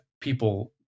people